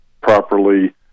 properly